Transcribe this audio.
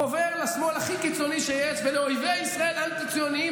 חובר לשמאל הכי קיצוני שיש ולאויבי ישראל האנטי-ציונים,